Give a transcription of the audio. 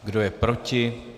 Kdo je proti?